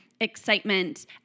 excitement